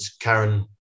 Karen